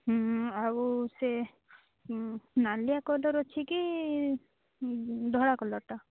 ହୁଁ ଆଉ ସେ ନାଲିଆ କଲର୍ ଅଛି କି ଧଳା କଲର୍ଟା